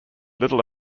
little